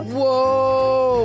Whoa